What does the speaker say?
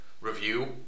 review